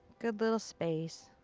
good little space.